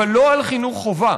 אבל לא על חינוך חובה.